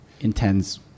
intense